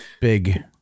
big